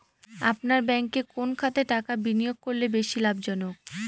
আপনার ব্যাংকে কোন খাতে টাকা বিনিয়োগ করলে বেশি লাভজনক?